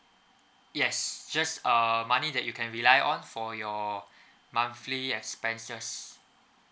yes just uh money that you can rely on for your monthly expenses